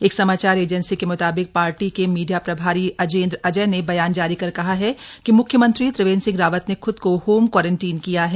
एक समाचार एजेंसी के मुताबिक पार्टी के मीडिया प्रभारी अजेंद्र अजय ने बयान जारी कर कहा है कि म्ख्यमंत्री त्रिवेंद्र सिंह रावत ने ख्द को होम क्वारंटीन किया है